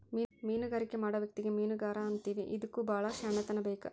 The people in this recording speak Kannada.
ಮೇನುಗಾರಿಕೆ ಮಾಡು ವ್ಯಕ್ತಿಗೆ ಮೇನುಗಾರಾ ಅಂತೇವಿ ಇದಕ್ಕು ಬಾಳ ಶ್ಯಾಣೆತನಾ ಬೇಕ